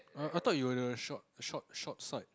err I thought you were the short short short side